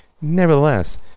Nevertheless